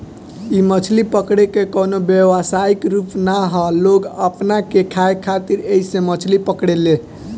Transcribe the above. इ मछली पकड़े के कवनो व्यवसायिक रूप ना ह लोग अपना के खाए खातिर ऐइसे मछली पकड़े ले